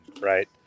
right